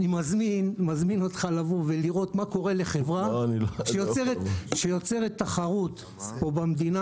אני מזמין אותך לבוא ולראות מה קורה לחברה שיוצרת תחרות במדינה